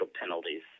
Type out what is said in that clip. penalties